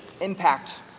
impact